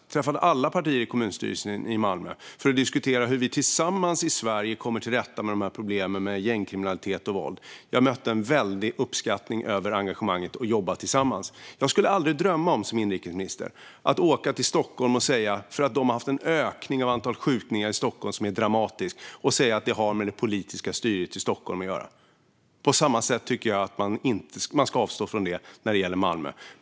Jag träffade alla partier i kommunstyrelsen i Malmö för att diskutera hur vi tillsammans i Sverige ska komma till rätta med problemen med gängkriminalitet och våld. Jag mötte en väldig uppskattning över engagemanget i att jobba tillsammans. Det har skett en dramatisk ökning av antalet skjutningar i Stockholm. Jag som inrikesminister skulle aldrig drömma om att åka till Stockholm och säga att det har med det politiska styret i Stockholm att göra. På samma sätt tycker jag att man ska avstå från det när det gäller Malmö.